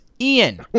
Ian